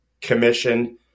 commission